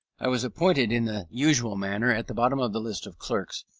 i was appointed in the usual manner, at the bottom of the list of clerks,